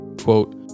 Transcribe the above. Quote